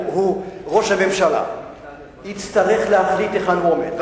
ראש הממשלה יצטרך להחליט היכן הוא עומד.